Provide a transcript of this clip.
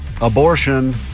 Abortion